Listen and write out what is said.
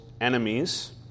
enemies